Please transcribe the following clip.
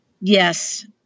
Yes